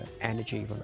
energy